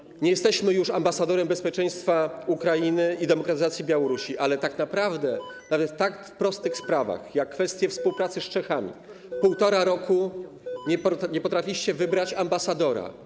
Nie jesteśmy już ambasadorem bezpieczeństwa Ukrainy i demokratyzacji Białorusi, ale tak naprawdę, nawet w tak prostych sprawach jak kwestia współpracy z Czechami... 1,5 roku nie potrafiliście wybrać ambasadora.